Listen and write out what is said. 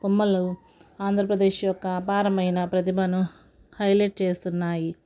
కొమ్మలు ఆంధ్రప్రదేశ్ యొక్క అపారమైన ప్రతిభను హైలైట్ చేస్తున్నాయి